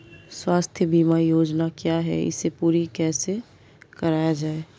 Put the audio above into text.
स्वास्थ्य बीमा योजना क्या है इसे पूरी कैसे कराया जाए?